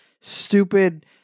stupid